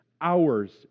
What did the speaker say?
hours